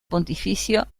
pontificio